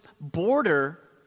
border